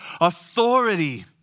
authority